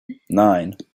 nine